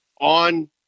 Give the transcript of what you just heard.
on